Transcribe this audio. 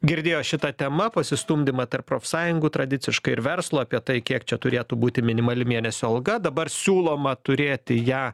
girdėjo šita tema pasistumdymą tarp profsąjungų tradiciškai ir verslo apie tai kiek čia turėtų būti minimali mėnesio alga dabar siūloma turėti ją